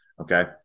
Okay